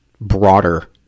broader